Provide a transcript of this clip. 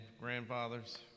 grandfathers